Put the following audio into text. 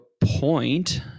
point